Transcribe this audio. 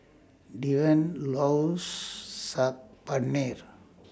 Deven loves Saag Paneer